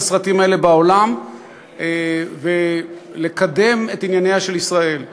הסרטים האלה בעולם ולקדם את ענייניה של ישראל.